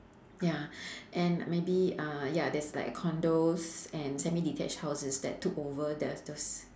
ya and maybe uh ya there's like condos and semi detached houses that took over th~ those